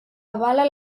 avala